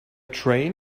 train